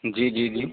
جی جی جی